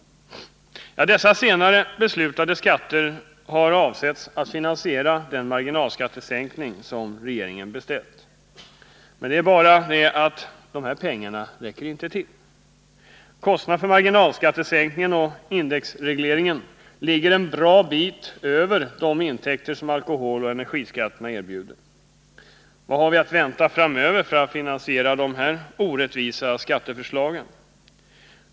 Dessa senare beslutade skatter har avsetts att finansiera den marginalskattesänkning som regeringen beställt. Men det är bara det att dessa pengar inte räcker. Kostnaderna för marginalskattesänkningen och indexregleringen ligger en bra bit över de intäkter som alkoholoch energiskatterna erbjuder. Vad har vi att vänta framöver för att finansiera de orättvisa skatteförslagen?